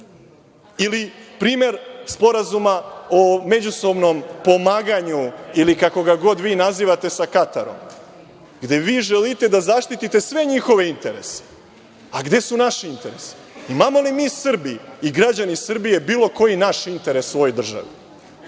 primer sporazuma o međusobnom pomaganju, ili kako ga god vi nazivate sa Katarom, gde vi želite da zaštitite sve njihove interese. Gde su naši interesi? Imamo li mi Srbi, i građani Srbije, bilo koji naš interes u ovoj državi?